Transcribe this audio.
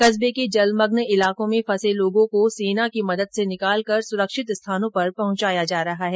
कस्बे के जलमग्न इलाकों में फंसे लोगों को सेना की मदद से निकालकर सुरक्षित स्थानों पर पहुंचाया जा रहा है